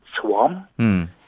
swarm